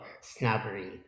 snobbery